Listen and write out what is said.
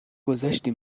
گذاشتی